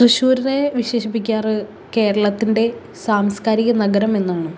തൃശൂരിനെ വിശേഷിപ്പിക്കാറ് കേരളത്തിൻ്റെ സാംസ്കാരിക നഗരം എന്നാണ്